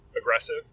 aggressive